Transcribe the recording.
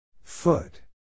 Foot